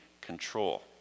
control